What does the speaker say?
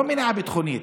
לא למניעה ביטחונית,